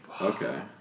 Okay